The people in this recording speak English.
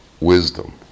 wisdom